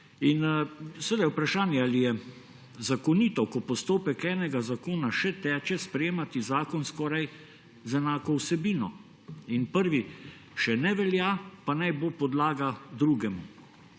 In seveda je vprašanje, ali je zakonito, ko postopek enega zakona še teče, sprejemati zakon skoraj z enako vsebino. Prvi še ne velja, pa naj bo podlaga drugemu.